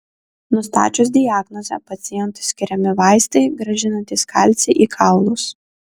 nustačius diagnozę pacientui skiriami vaistai grąžinantys kalcį į kaulus